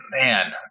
man